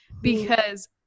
because-